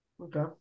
Okay